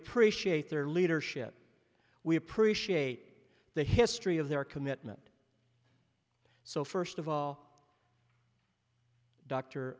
appreciate their leadership we appreciate the history of their commitment so first of all dr